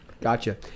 Gotcha